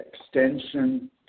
extension